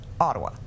ottawa